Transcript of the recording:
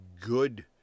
good